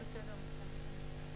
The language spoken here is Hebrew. בסדר גמור.